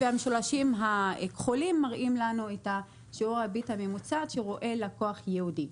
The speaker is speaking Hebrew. והמשולשים הכחולים מראים לנו את שיעור הריבית הממוצע שרואה לקוח יהודי.